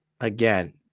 again